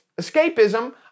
Escapism